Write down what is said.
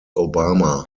obama